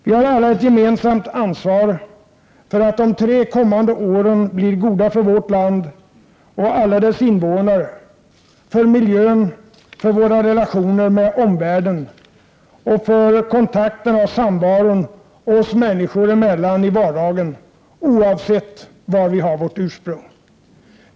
Vi har alla ett gemensamt ansvar för att de tre kommande åren blir goda för vårt land och alla dess invånare, för miljön, för våra relationer med omvärlden och för kontakterna och samvaron oss människor emellan i vardagen, oavsett var vi har vårt ursprung.